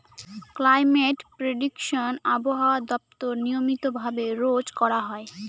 climate prediction আবহাওয়া দপ্তর নিয়মিত ভাবে রোজ করা হয়